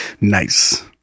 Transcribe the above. Nice